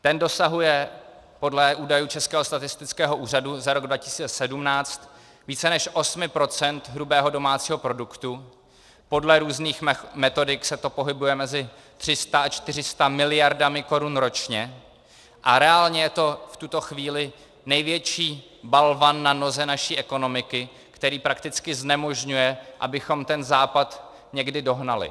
Ten dosahuje podle údajů Českého statistického úřadu za rok 2017 více než 8 % hrubého domácího produktu, podle různých metodik se to pohybuje mezi 300 a 400 mld. korun ročně, a reálně je to v tuto chvíli největší balvan na noze naší ekonomiky, který prakticky znemožňuje, abychom ten Západ někdy dohnali.